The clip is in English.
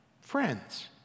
friends